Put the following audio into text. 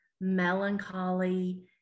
melancholy